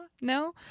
No